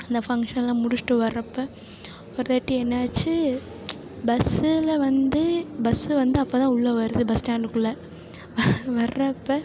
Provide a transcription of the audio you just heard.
அந்த ஃபங்க்ஷன்லாம் முடித்துட்டு வர்றப்போ ஒருவாட்டி என்னாச்சு பஸ்ஸில் வந்து பஸ்ஸு வந்து அப்போ தான் உள்ளே வருது பஸ் ஸ்டாண்டுக்குள்ளே வர்றப்போ